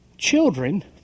children